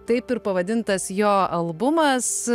taip ir pavadintas jo albumas